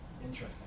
interesting